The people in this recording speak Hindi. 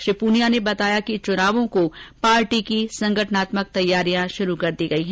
श्री प्रनिया ने बताया कि चुनावों को पार्टी की संगठनात्मक तैयारियां शुरू हो गयी हैं